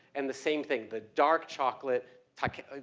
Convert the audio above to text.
and the same thing, the dark chocolate takete.